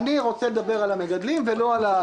אני רוצה לדבר על המגדלים ולא על יוקר המחיה.